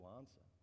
answer